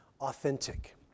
authentic